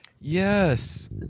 Yes